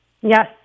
Yes